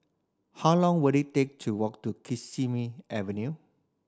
how long will it take to walk to Kismi Avenue